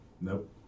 Nope